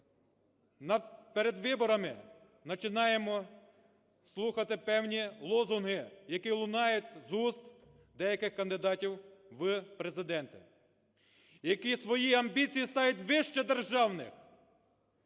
перед виборами начинаємо слухати певні лозунги, які лунають з уст деяких кандидатів в президенти, які свої амбіції ставлять вище державних.